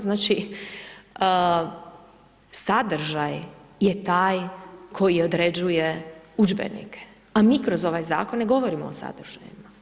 Znači sadržaj je taj koji odrađuje udžbenike, a mi kroz ovaj zakon ne govorimo o sadržaju.